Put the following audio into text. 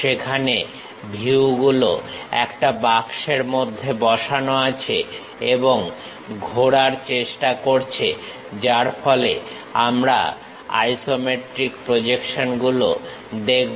যেখানে ভিউগুলো একটা বাক্সের মধ্যে বসানো আছে এবং ঘোরার চেষ্টা করছে যার ফলে আমরা আইসোমেট্রিক প্রজেকশনগুলো দেখব